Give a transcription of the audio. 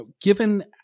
given